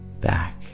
back